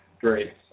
great